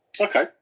Okay